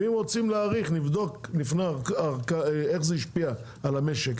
ואם רוצים להאריך נבדוק לפני איך זה השפיע על המשק,